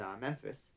Memphis